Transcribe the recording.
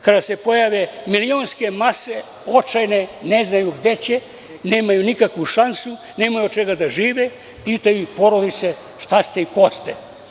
Kada se pojave očajne milionske mase, ne znaju gde će, nemaju nikakvu šansu, nemaju od čega da žive, pitaju ih porodice - šta ste i ko ste?